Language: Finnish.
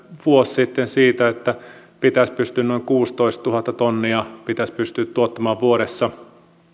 vuosi sitten että noin kuusitoistatuhatta tonnia pitäisi pystyä tuottamaan vuodessa